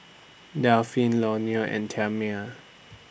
Delphine Leonor and Thelma